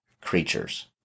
creatures